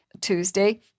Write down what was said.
Tuesday